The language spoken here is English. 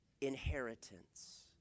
inheritance